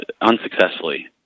unsuccessfully